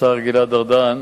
השר גלעד ארדן,